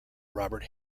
robert